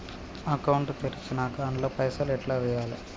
Account తెరిచినాక అండ్ల పైసల్ ఎట్ల వేయాలే?